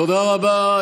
תודה רבה.